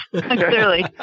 clearly